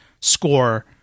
score